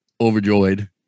overjoyed